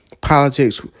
Politics